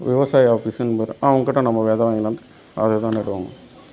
விவசாய ஆஃபீஸுன்னு அவங்ககிட்ட நம்ம வித வாங்கி ந அத தான் நடுவாங்க